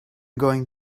going